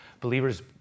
believers